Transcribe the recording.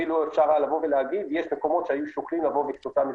אפילו אפשר היה להגיד: יש מקומות שהיו שוקלים להאריך,